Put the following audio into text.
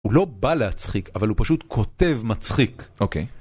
הוא לא בא להצחיק, אבל הוא פשוט כותב מצחיק. אוקיי.